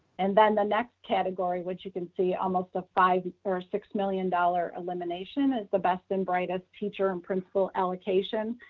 and then the next category, which you can see almost a five or six million dollars elimination is the best and brightest teacher and principal allocation.